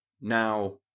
now